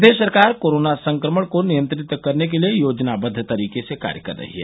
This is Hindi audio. प्रदेश सरकार कोरोना संक्रमण को नियंत्रित करने के लिए योजनाबद्व तरीके से कार्य कर रही है